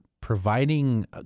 providing